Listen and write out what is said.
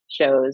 shows